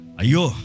ayo